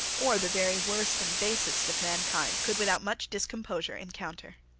or the very worst and basest, of mankind could without much discomposure encounter.